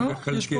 חריפה.